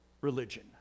religion